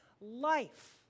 life